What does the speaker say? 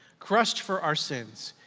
crushed for our sins.